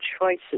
choices